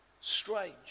Strange